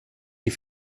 die